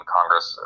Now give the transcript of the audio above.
Congress